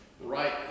right